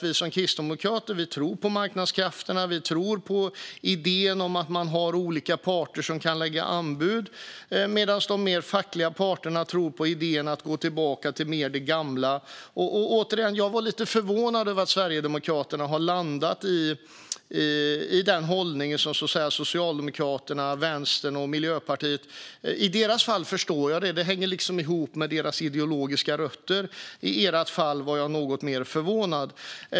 Vi kristdemokrater tror på marknadskrafterna och på idén om att man har olika parter som kan lägga anbud, medan de fackliga parterna tror på idén att gå tillbaka till mer av det gamla. Jag var lite förvånad över att Sverigedemokraterna har landat i den hållning som Socialdemokraterna, Vänstern och Miljöpartiet har. I deras fall förstår jag det. Det hänger liksom ihop med deras ideologiska rötter. I Sverigedemokraternas fall var jag något mer förvånad.